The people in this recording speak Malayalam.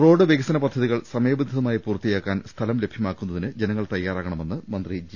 റോഡ് വികസന പദ്ധതികൾ സമയബന്ധിതമായി പൂർത്തിയാക്കാൻ സ്ഥലം ലഭ്യമാക്കുന്നതിന് ജനങ്ങൾ തയ്യാറാകണമെന്ന് മന്ത്രി ജി